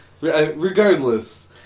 Regardless